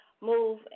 move